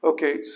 Okay